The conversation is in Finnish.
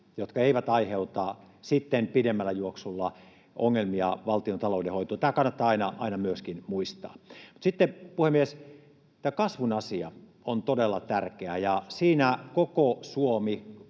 jotka eivät aiheuta sitten pidemmällä juoksulla ongelmia valtion taloudenhoitoon. Tämä kannattaa aina myöskin muistaa. Mutta sitten, puhemies, tämä kasvun asia on todella tärkeä, ja siinä koko Suomi,